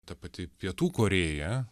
ta pati pietų korėja